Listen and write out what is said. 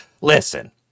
listen